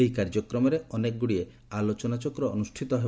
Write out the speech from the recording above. ଏହି କାର୍ଯ୍ୟକ୍ରମରେ ଅନେକ ଆଲୋଚନାଚକ୍ର ଅନୁଷ୍ଠିତ ହେବ